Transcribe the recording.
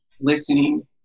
listening